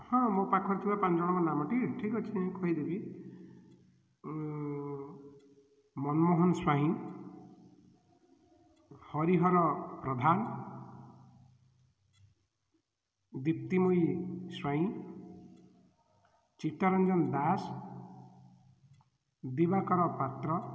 ହଁ ମୋ ପାଖରେ ଥିବା ପାଞ୍ଚ ଜଣଙ୍କ ନାମଟି ଠିକ୍ ଅଛି କହିଦେବି ମନମୋହନ ସ୍ୱାଇଁ ହରିହର ପ୍ରଧାନ ଦିପ୍ତିମୟୀ ସ୍ୱାଇଁ ଚିତ୍ତରଞ୍ଜନ ଦାସ ଦିବାକର ପାତ୍ର